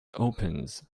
opens